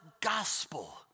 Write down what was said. gospel